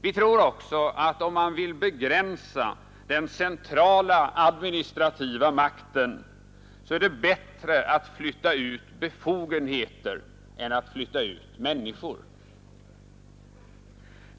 Vi tror också att om man vill begränsa den centrala administrativa makten är det bättre att flytta ut befogenheter än att flytta ut människor.